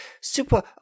super